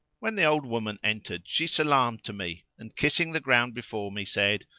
when the old woman entered she salamed to me and kissing the ground before me, said,